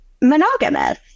monogamous